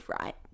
right